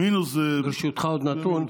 מינוס זה, ברשותך, עוד נתון: